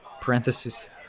parenthesis